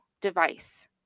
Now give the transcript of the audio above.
device